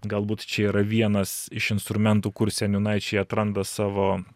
galbūt čia yra vienas iš instrumentų kur seniūnaičiai atranda savo